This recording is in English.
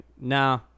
nah